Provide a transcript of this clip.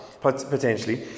potentially